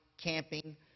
camping